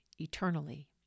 eternally